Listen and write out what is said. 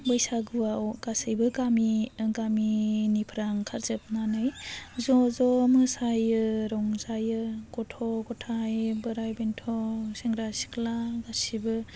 बैसागुआव गासैबो गामि गामिनिफ्रा ओंखारजोबनानै ज' ज' मोसायो रंजायो गथ' गथाय बैराय बेन्थ सेंग्रा सिख्ला गासिबो